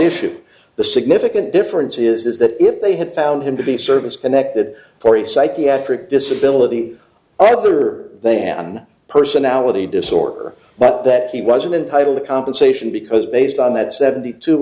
issue the significant difference is that if they had found him to be serviced and that that for a psychiatric disability other than personality disorder but that he wasn't entitled to compensation because based on that seventy two